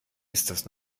das